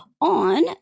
on